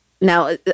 now